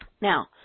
Now